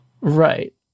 right